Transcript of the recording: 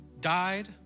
died